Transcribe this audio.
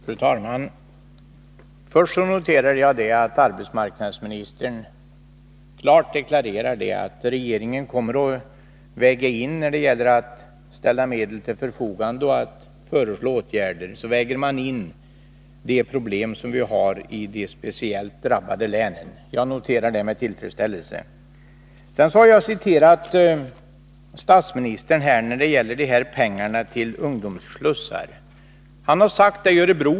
Fru talman! Först noterar jag med tillfredsställelse att arbetsmarknadsministern klart deklarerar, att regeringen när det gäller att ställa medel till förfogande och föreslå åtgärder kommer att väga in de problem som vi har i de speciellt drabbade länen. Jag har citerat statsministern när det gäller pengarna till ungdomsslussar.